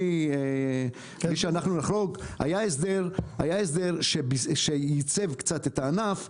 היה הסדר שייצב קצת את הענף.